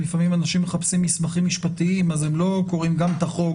לפעמים אנשים מחפשים מסמכים משפטיים אז הם לא קוראים גם את החוק,